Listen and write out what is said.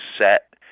set